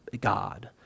God